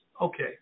Okay